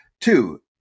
Two